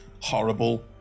horrible